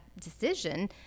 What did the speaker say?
decision –